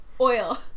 Oil